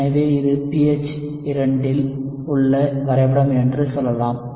எனவே இது pH 2 இல் உள்ள வரைபடம் என்று சொல்லலாம்